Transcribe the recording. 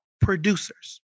producers